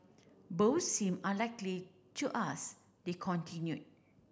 both seem unlikely to us they continue